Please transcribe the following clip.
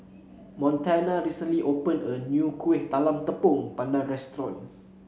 Montana recently opened a new Kueh Talam Tepong Pandan Restaurant